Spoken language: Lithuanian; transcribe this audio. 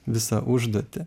visą užduotį